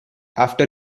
after